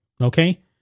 Okay